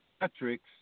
metrics